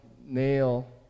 nail